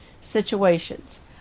situations